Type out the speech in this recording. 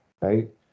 Right